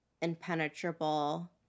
impenetrable